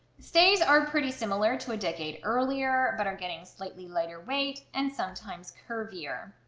stays are pretty similar to a decade earlier but are getting slightly lighter weight and sometimes curvier.